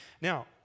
Now